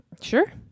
Sure